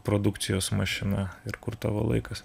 produkcijos mašina ir kur tavo laikas